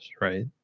right